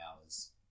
hours